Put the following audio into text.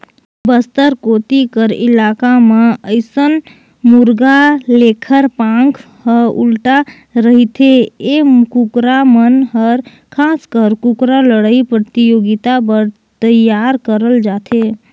बस्तर कोती कर इलाका म अइसन मुरगा लेखर पांख ह उल्टा रहिथे ए कुकरा मन हर खासकर कुकरा लड़ई परतियोगिता बर तइयार करल जाथे